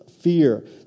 fear